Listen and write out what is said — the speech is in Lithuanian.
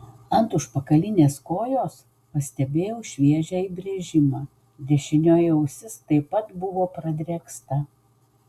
ant užpakalinės kojos pastebėjau šviežią įbrėžimą dešinioji ausis taip pat buvo pradrėksta